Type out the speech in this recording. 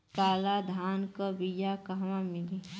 काला धान क बिया कहवा मिली?